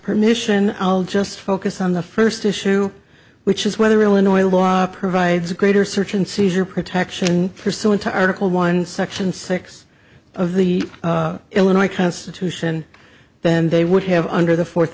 permission i'll just focus on the first issue which is whether illinois law provides a greater search and seizure protection pursuant to article one section six of the illinois constitution then they would have under the fourth